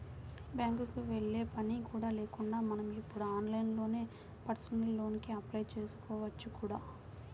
బ్యాంకుకి వెళ్ళే పని కూడా లేకుండా మనం ఇప్పుడు ఆన్లైన్లోనే పర్సనల్ లోన్ కి అప్లై చేసుకోవచ్చు కూడా